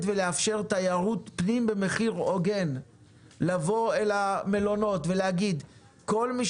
ולאפשר תיירות פנים במחיר הוגן; לבוא אל המלונות ולהגיד כל מי